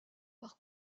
par